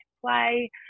play